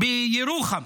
בירוחם